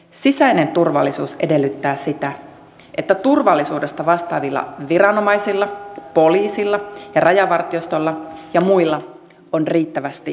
sisäinen turvallisuus edellyttää sitä että turvallisuudesta vastaavilla viranomaisilla poliisilla rajavartiostolla ja muilla on riittävästi voimavaroja